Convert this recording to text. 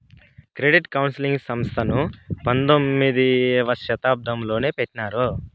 credit counselling సంస్థను పంతొమ్మిదవ శతాబ్దంలోనే పెట్టినారు